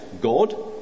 God